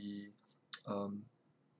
be um